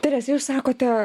terese jūs sakote